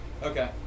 Okay